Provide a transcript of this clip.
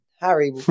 Harry